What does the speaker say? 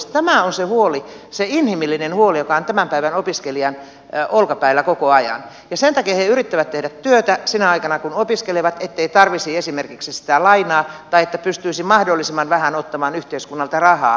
tämä on se huoli se inhimillinen huoli joka on tämän päivän opiskelijan olkapäillä koko ajan ja sen takia he yrittävät tehdä työtä sinä aikana kun opiskelevat ettei tarvitsisi esimerkiksi sitä lainaa tai että pystyisi mahdollisimman vähän ottamaan yhteiskunnalta rahaa